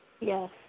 Yes